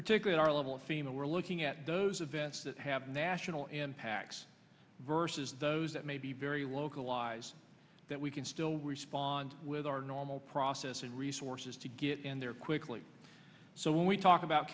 particularly our level of fema we're looking at those events that have national impacts versus those that may be very localized that we can still respond with our normal process and resources to get in there quickly so when we talk about